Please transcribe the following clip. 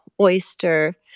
oyster